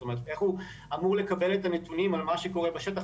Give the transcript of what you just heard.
זאת אומרת איך הוא אמור לקבל את הנתונים על מה שקורה בשטח,